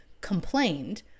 complained